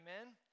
Amen